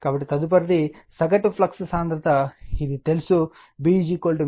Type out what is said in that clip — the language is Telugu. కాబట్టి తదుపరిది సగటు ఫ్లక్స్ సాంద్రత ఇది తెలుసు B H కాబట్టి H Fm l